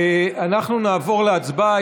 אנחנו נעבור להצבעה.